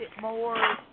more